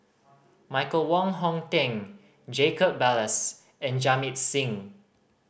Michael Wong Hong Teng Jacob Ballas and Jamit Singh